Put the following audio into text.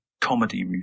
comedy